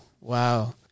Wow